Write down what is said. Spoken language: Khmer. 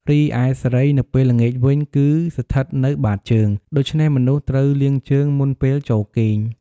រីឯសិរីនៅពេលល្ងាចវិញ គឺស្ថិតនៅបាតជើង ដូច្នេះមនុស្សត្រូវលាងជើងមុនពេលចូលគេង។